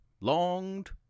longed